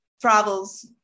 travels